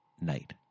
night